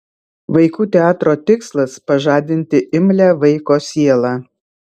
vaikų teatro tikslas pažadinti imlią vaiko sielą